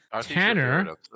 Tanner